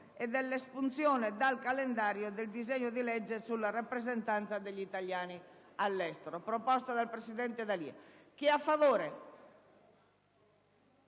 e ad espungere dal calendario il disegno di legge sulla rappresentanza degli italiani all'estero.